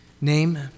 name